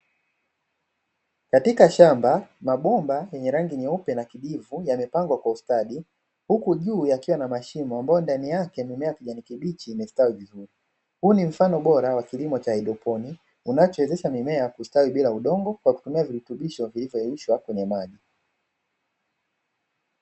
Katika shamba mabomba yenye rangi nyeupe na kijivu yamepangwa kwa ustadi huku juu yakiwa na mashimo ambayo ndani yake mimea ya kijani kibichi imestawi vizuri, huu ni mfano bora wa kilimo cha haidroponi unachowezesha mimea ya kustawi bila udongo kwa kutumia virutubisho vilivyoyeyushwa kwenye maji.